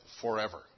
forever